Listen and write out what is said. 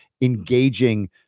engaging